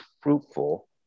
fruitful